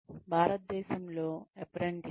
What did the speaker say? భారతదేశంలో అప్రెంటిస్షిప్